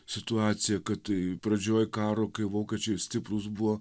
situaciją kad tai pradžioj karo kai vokiečiai stiprūs buvo